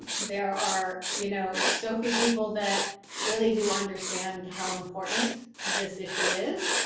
there are you know so few people that really do understand how important this issue is,